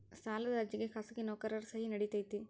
ಸಾಲದ ಅರ್ಜಿಗೆ ಖಾಸಗಿ ನೌಕರರ ಸಹಿ ನಡಿತೈತಿ?